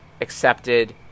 accepted